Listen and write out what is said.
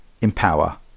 empower